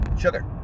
sugar